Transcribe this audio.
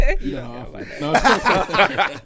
No